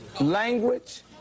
language